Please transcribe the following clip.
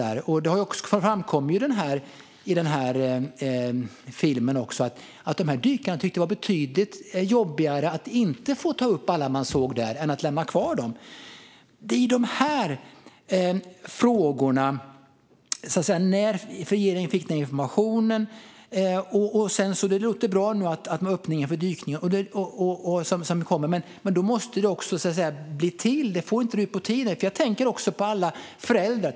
Det framkom ju också i filmen att dykarna tyckte att det var betydligt jobbigare att inte få ta upp alla man såg där utan tvingas lämna kvar dem. Det handlar om dessa frågor, bland annat när regeringen fick informationen. Det låter bra med den öppning för dykningar som nu kommer, men det måste också bli av - det får inte dra ut på tiden. Jag tänker också på alla föräldrar.